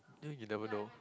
think he never know